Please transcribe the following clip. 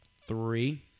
three